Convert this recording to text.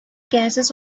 gases